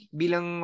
bilang